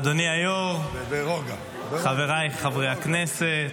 אדוני היו"ר, חבריי חברי הכנסת,